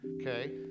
okay